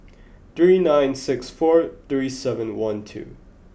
three nine six four three seven one two